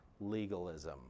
legalism